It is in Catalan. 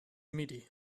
miri